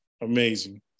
amazing